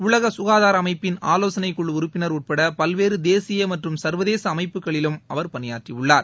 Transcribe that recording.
உலக சுகாதார அமைப்பின் ஆலோசனைக் குழு உறுப்பினர் உட்பட பல்வேறு தேசிய மற்றும் சர்வதேச அமைப்புகளிலும் அவர் பணியாற்றியுள்ளார்